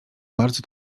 bardzo